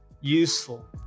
useful